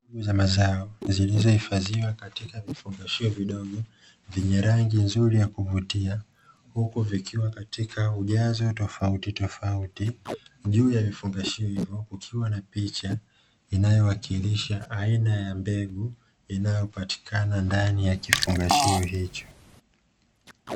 Mbegu za mazao zilizo hifadhiwa katika vifungashio vyenye rangi ya kuvutia huku vikiwa katika ujazo tofautitofauti, juu vifungashio hivyokukiwa na picha ikiwakilisha aina ya mbegu za ndani ya kifugashio hicho.